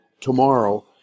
tomorrow